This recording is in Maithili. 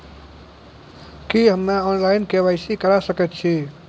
की हम्मे ऑनलाइन, के.वाई.सी करा सकैत छी?